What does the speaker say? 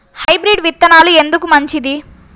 Hybrid విత్తనాలు ఎందుకు మంచిది?